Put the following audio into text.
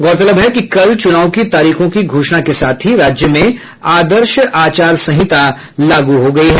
गौरतलब है कि कल चुनाव की तारीखों की घोषणा के साथ ही राज्य में आदर्श आचार संहिता लागू हो गयी है